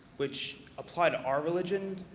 which apply to our religion,